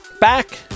Back